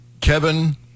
Kevin